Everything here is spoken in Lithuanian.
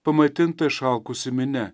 pamaitinta išalkusi minia